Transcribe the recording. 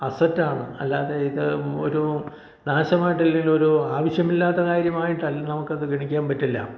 asset ആണ് അല്ലാതെ ഇത് ഒരു നാശമായിട്ട് ഇല്ലെങ്കിൽ ഒരു ആവശ്യമില്ലാത്ത കാര്യമായിട്ട് നമുക്കത് ഗണിക്കാൻ പറ്റില്ല